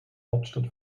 hauptstadt